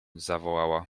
zawołała